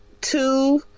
Two